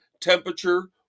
temperature